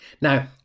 Now